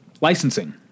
licensing